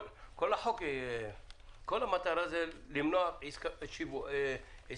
כל המטרה היא למנוע עסקה שיווקית.